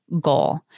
goal